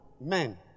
men